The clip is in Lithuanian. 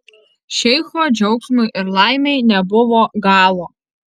šeicho džiaugsmui ir laimei nebuvo galo